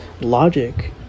Logic